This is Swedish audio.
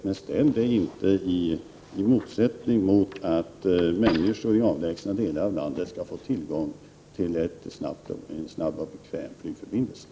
Men säg inte att människor i avlägsna delar av landet inte skall få tillgång till en snabb och bekväm flygförbindelse!